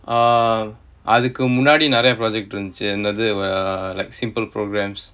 ah அதுக்கு முந்தி நெறய:athuku munthi neraya project இருந்துச்சி என்னது:irunthuchi ennathu uh like simple programmes